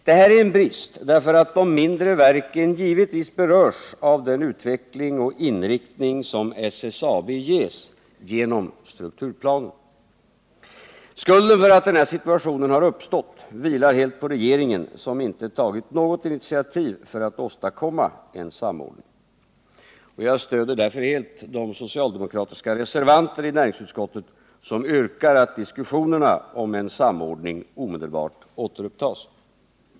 Detta är en brist, därför att de mindre verken givetvis berörs av den utveckling och inriktning som SSAB ges genom strukturplanen. Skulden för att denna situation har uppstått vilar helt på regeringen, som inte har tagit något initiativ för att åstadkomma en samordning. Jag stöder därför helt de socialdemokratiska reservanter i näringsutskottet som yrkar på att diskussionerna om en samordning omedelbart återupptas.